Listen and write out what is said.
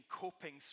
coping